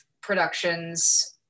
productions